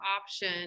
option